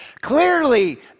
Clearly